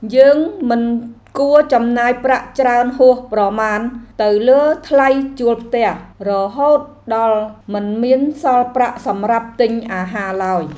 យើងមិនគួរចំណាយប្រាក់ច្រើនហួសប្រមាណទៅលើថ្លៃជួលផ្ទះ រហូតដល់មិនមានសល់ប្រាក់សម្រាប់ទិញអាហារឡើយ។